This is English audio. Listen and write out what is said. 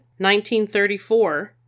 1934